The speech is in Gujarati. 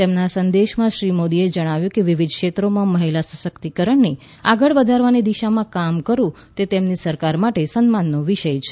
તેમના સંદેશમાં શ્રી મોદીએ જણાવ્યું કે વિવિધ ક્ષેત્રોમાં મહિલા સશક્તિકરણને આગળ વધારવાની દિશામાં કામ કરવું તે તેમની સરકાર માટે સન્માનનો વિષય છે